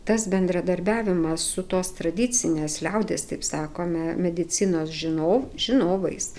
tas bendradarbiavimas su tos tradicinės liaudies kaip sakome medicinos žinovų žinovais